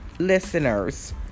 Listeners